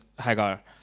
hagar